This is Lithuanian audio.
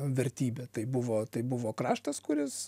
vertybė tai buvo tai buvo kraštas kuris